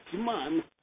man